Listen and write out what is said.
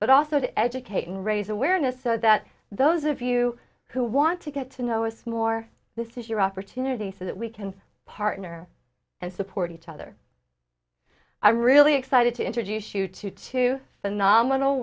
but also to educate and raise awareness so that those of you who want to get to know us more this is your opportunity so that we can partner and support each other i'm really excited to introduce you to two phenomenal